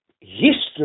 history